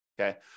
okay